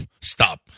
stop